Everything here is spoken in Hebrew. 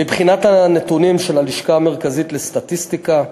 מבחינת הנתונים של הלשכה המרכזית לסטטיסטיקה,